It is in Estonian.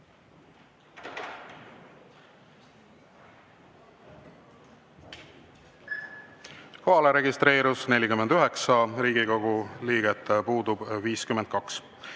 registreerus 49 Riigikogu liiget, puudub 52.